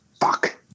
Fuck